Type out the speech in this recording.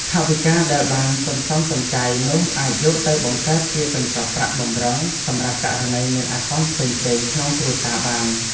ថវិកាដែលបានសន្សំសំចៃនោះអាចយកទៅបង្កើតជាកញ្ចប់ប្រាក់បម្រុងសម្រាប់ករណីមានអាសន្នផ្សេងៗក្នុងគ្រួសារបាន។